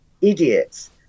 idiots